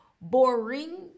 Boring